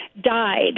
died